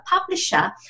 publisher